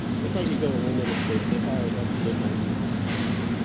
just like you go to linden estates say, all right, that's mid ninety s construction.